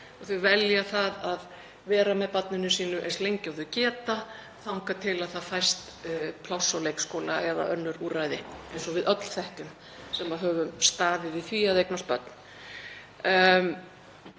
og þau velja að vera með barninu sínu eins lengi og þau geta þangað til að það fæst pláss á leikskóla eða önnur úrræði, eins og við öll þekkjum sem höfum staðið í því að eignast börn.